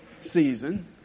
season